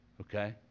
Okay